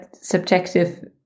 subjective